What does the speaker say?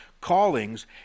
callings